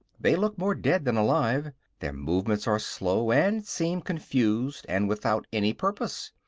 they look more dead than alive their movements are slow, and seem confused and without any purpose.